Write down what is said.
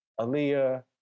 Aaliyah